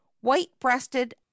White-breasted